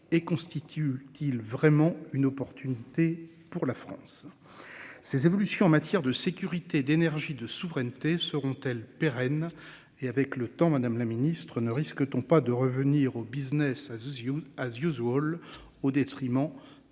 et constitue-t-il vraiment une opportunité pour la France. Ces évolutions en matière de sécurité, d'énergie de souveraineté seront-elles pérenne et avec le temps Madame la Ministre ne risque-t-on pas de revenir au Business as Young as Usual au détriment